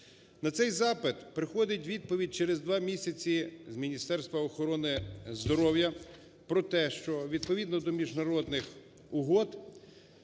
На цей запит приходить відповідь через 2 місяці з Міністерства охорони здоров'я про те, що відповідно до міжнародних угод